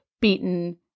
beaten